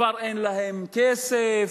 כבר אין להם כסף,